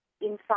inside